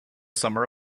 summer